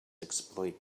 exploit